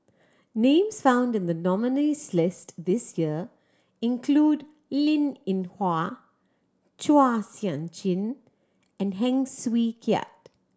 names found in the nominees' list this year include Linn In Hua Chua Sian Chin and Heng Swee Keat